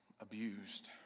abused